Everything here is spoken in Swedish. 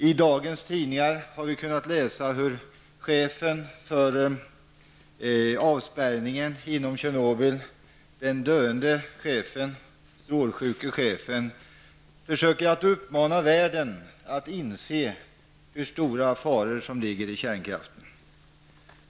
I dagens tidningar kan vi läsa hur den döende, strålsjuke chefen för avspärrningen runt Tjernobyl försöker få världen att inse vilka stora faror som ligger i kärnkraften.